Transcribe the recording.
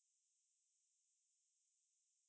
எது:ethu